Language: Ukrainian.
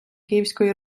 київської